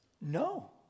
no